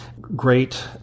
Great